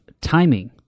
timing